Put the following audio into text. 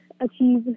achieve